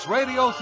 Radio